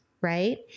right